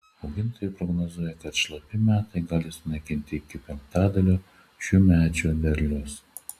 augintojai prognozuoja kad šlapi metai gali sunaikinti iki penktadalio šiųmečio derliaus